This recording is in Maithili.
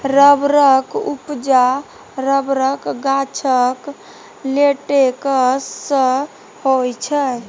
रबरक उपजा रबरक गाछक लेटेक्स सँ होइ छै